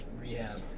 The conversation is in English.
Rehab